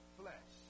flesh